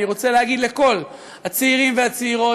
אני רוצה להגיד לכל הצעירים והצעירות,